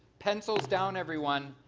pencils down everyone,